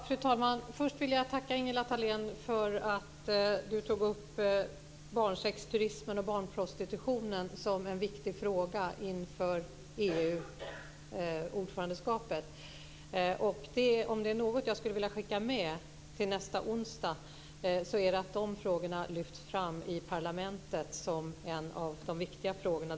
Fru talman! Först vill jag tacka Ingela Thalén för att hon tog upp barnsexturismen och barnprostitutionen som en viktig fråga inför EU-ordförandeskapet. Om det är något jag skulle vilja skicka med till nästa onsdag så är det att den frågan lyfts fram i parlamentet som en av de viktiga frågorna.